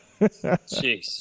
jeez